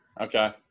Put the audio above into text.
Okay